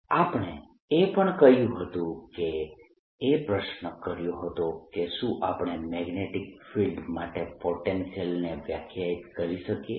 dl0Ienclosed આપણે એ પણ કહ્યું હતું કે એ પ્રશ્ન કર્યો હતો કે શું આપણે મેગ્નેટીક ફિલ્ડ્સ માટે પોટેન્શિયલ ને વ્યાખ્યાયિત કરી શકીએ